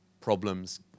problems